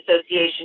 association